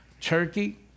Turkey